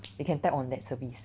you can tap on that service